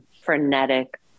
frenetic